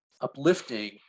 uplifting